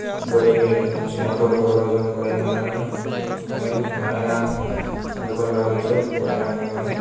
गोदोनि दिनावथ' बर' रावजों फरायनो मोनामोन मोन मानोना गुबुन रावजोंसो फरायनांगौमोन